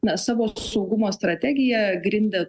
na savo saugumo strategiją grindė